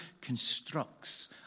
constructs